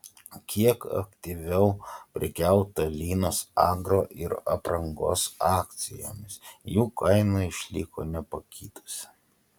kiek aktyviau prekiauta linas agro ir aprangos akcijomis jų kaina išliko nepakitusi